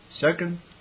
Second